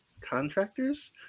contractors